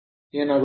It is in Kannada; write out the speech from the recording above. ಏನಾಗುತ್ತದೆ